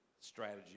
strategy